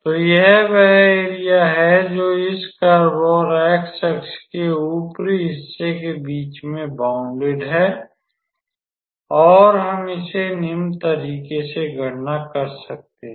तो यह वह एरिया है जो इस कर्व और x अक्ष के ऊपरी हिस्से के बीच में बौंडेड है और हम इसे निम्न तरीके से गणना कर सकते हैं